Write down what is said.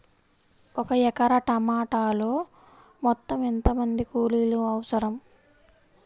ఒక ఎకరా టమాటలో మొత్తం ఎంత మంది కూలీలు అవసరం?